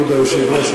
כבוד היושב-ראש,